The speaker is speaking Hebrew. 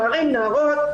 נערים ונערות,